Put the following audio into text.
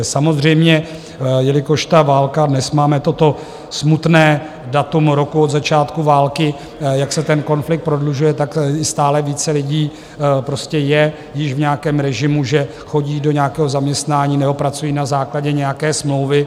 Samozřejmě jelikož ta válka dnes máme toto smutné datum roku od začátku války jak se ten konflikt prodlužuje, stále více lidí prostě je již v nějakém režimu, že chodí do nějakého zaměstnání nebo pracují na základě nějaké smlouvy.